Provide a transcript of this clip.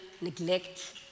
neglect